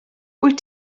wyt